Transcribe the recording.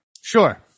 Sure